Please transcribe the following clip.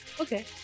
okay